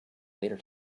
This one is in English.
later